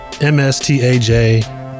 M-S-T-A-J